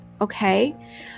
Okay